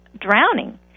drowning